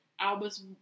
Albus